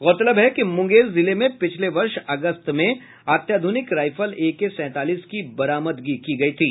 गौरतलब है कि मुंगेर जिले में पिछले वर्ष अगस्त में अत्याध्रनिक राइफल एके सैंतालीस की बरामदगी की गई थी